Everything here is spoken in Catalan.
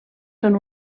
són